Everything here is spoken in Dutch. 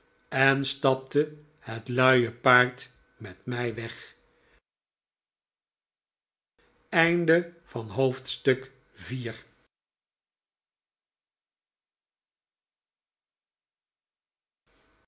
en stapte het luie paard met mij weg hoofdstuk v